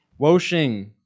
Woshing